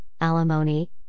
alimony